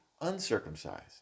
uncircumcised